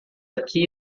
aqui